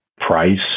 price